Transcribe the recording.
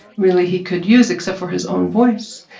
really, he could use except for his own voice.